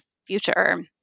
future